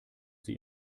sie